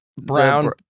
brown